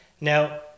now